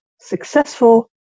successful